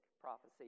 prophecy